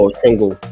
single